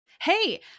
Hey